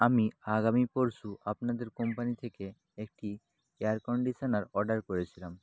আমি আগামী পরশু আপনাদের কোম্পানি থেকে একটি এয়ার কন্ডিশনার অর্ডার করেছিলাম